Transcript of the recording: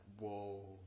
whoa